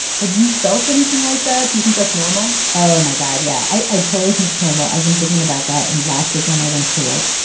have you felt anything like that? do you think that's normal? oh, my god. yeah, i totally think it's normal. i've been thinking about that. and last weekend, i went to, like,